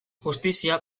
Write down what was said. justizia